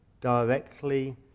directly